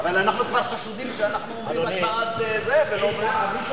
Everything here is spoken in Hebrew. אבל אנחנו כבר חשודים שאנחנו אומרים רק בעד זה ולא בעד זה,